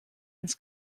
ins